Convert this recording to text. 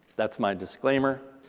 that's my disclaimer.